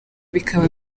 bikaba